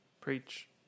preach